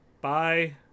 Bye